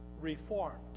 Reformed